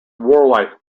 warlike